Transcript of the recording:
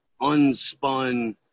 unspun